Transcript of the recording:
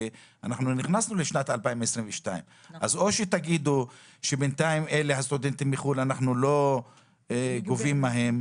ונכנסנו לשנת 2022. או שתגידו שבינתיים אתם לא גובים מהסטודנטים בחו"ל,